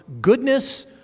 goodness